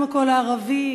גם הקול הערבי,